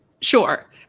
Sure